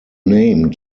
name